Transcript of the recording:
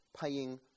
paying